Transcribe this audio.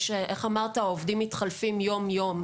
איך אמרת: העובדים מתחלפים יום-יום.